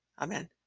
Amen